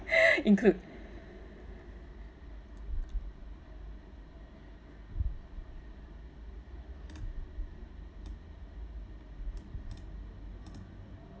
include